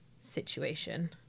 situation